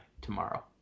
tomorrow